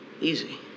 Easy